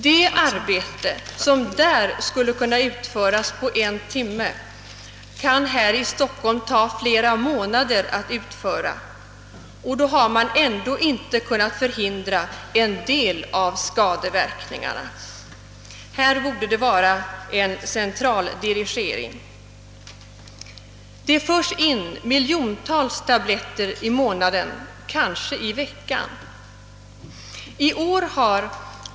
Det arbete som där skulle kunna utföras på en timme kan här i Stockholm ta flera månader att utföra — och då har man ändå inte kunnat förhindra en del skadeverkningar. Här borde det finnas en central dirigering. Det smugglas in miljontals tabletter i månaden — ja, kanske i veckan.